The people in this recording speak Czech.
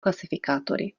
klasifikátory